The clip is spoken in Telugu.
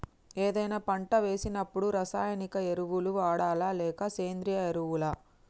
ఏదైనా పంట వేసినప్పుడు రసాయనిక ఎరువులు వాడాలా? లేక సేంద్రీయ ఎరవులా?